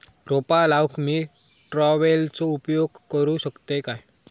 रोपा लाऊक मी ट्रावेलचो उपयोग करू शकतय काय?